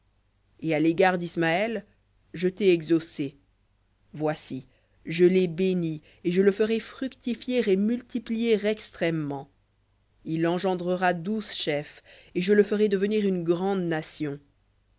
et à l'égard d'ismaël je t'ai exaucé voici je l'ai béni et je le ferai fructifier et multiplier extrêmement il engendrera douze chefs et je le ferai devenir une grande nation